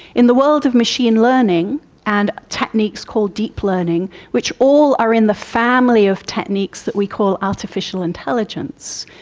in the world of machine learning and techniques called deep learning, which all are in the family of techniques that we call artificial intelligence,